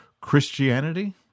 Christianity